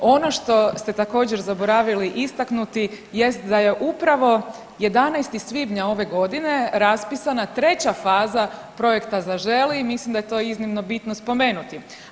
Ono što ste također zaboravili istaknuti jest da je upravo 11. svibnja ove godine raspisana 3. faza projekta „Zaželi“ i mislim da je to iznimno bitno spomenuti.